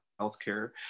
Healthcare